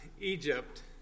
Egypt